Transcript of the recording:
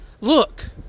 look